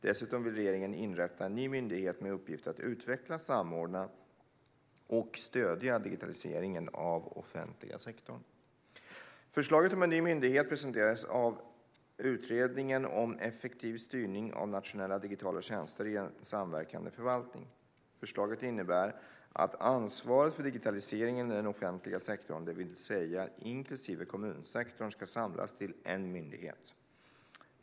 Dessutom vill regeringen inrätta en ny myndighet med uppgift att utveckla, samordna och stödja digitaliseringen av den offentliga sektorn. Förslaget om en ny myndighet presenterades av Utredningen om effektiv styrning av nationella digitala tjänster i en samverkande förvaltning. Förslaget innebär att ansvaret för digitaliseringen i den offentliga sektorn, det vill säga inklusive kommunsektorn, ska samlas till en myndighet.